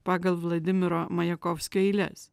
pagal vladimiro majakovskio eiles